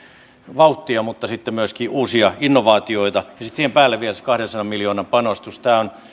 vauhtia mutta sitten myöskin uusia innovaatioita ja sitten siihen päälle vielä se kahdensadan miljoonan panostus tämä on